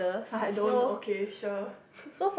I don't okay sure